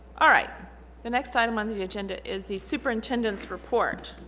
all right the next item on the the agenda is the superintendent's report